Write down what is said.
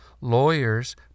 Lawyers